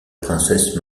princesse